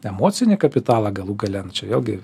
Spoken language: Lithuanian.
emocinį kapitalą galų gale nu čia vėlgi